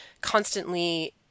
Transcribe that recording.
constantly